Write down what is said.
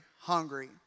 hungry